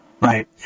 Right